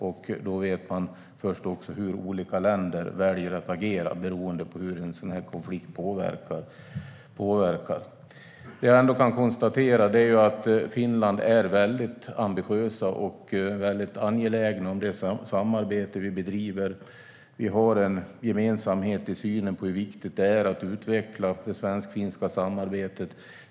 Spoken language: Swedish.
Det är också först då man vet hur olika länder väljer att agera beroende på hur en sådan konflikt påverkar. Det jag ändå kan konstatera är att Finland är väldigt ambitiöst och angeläget om det samarbete vi bedriver. Vi har en gemensamhet i synen på hur viktigt det är att utveckla det svensk-finska samarbetet.